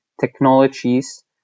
technologies